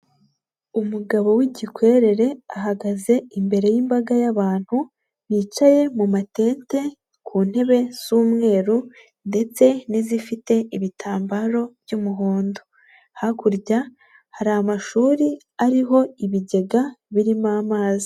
Umugabo w'igikwerere ahagaze imbere y'imbaga y'abantu, bicaye mu matete ku ntebe z'umweru ndetse n'izifite ibitambaro by'umuhondo hakurya hari amashuri ariho ibigega birimo amazi.